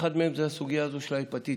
ואחד מהם זה בסוגיה הזו של ההפטיטיס.